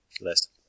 list